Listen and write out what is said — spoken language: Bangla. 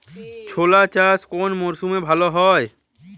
ছোলা চাষ কোন মরশুমে ভালো হয়?